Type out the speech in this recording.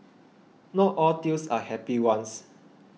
not all tales are happy ones